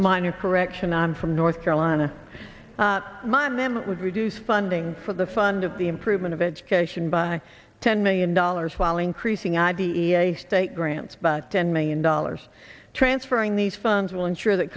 minor correction i'm from north carolina my mammoth would reduce funding for the fund of the improvement of education by ten million dollars while increasing i d e a state grants by ten million dollars transferring these funds will ensure that